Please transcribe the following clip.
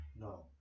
No